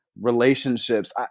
relationships